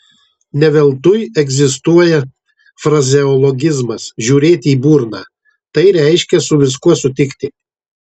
ne veltui egzistuoja frazeologizmas žiūrėti į burną tai reiškia su viskuo sutikti